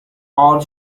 our